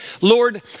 Lord